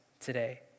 today